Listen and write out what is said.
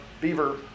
beaver